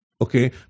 okay